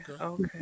Okay